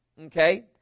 okay